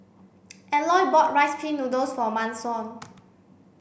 Eloy bought rice pin noodles for Manson